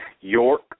York